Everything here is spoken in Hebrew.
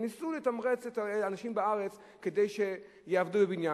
וניסו לתמרץ את האנשים בארץ כדי שיעבדו בבניין.